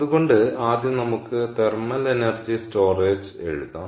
അതുകൊണ്ട് ആദ്യം നമുക്ക് തെർമൽ എനർജി സ്റ്റോറേജ് എഴുതാം